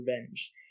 revenge